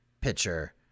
pitcher